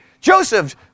Joseph